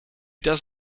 does